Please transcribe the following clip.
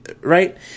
right